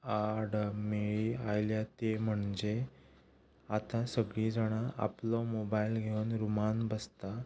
आडमेळी आयल्यात ती म्हणजे आतां सगळी जाणां आपलो मोबायल घेवन रुमान बसता